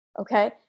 Okay